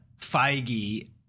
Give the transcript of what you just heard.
Feige